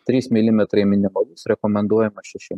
trys milimetrai minimalus rekomenduojama šeši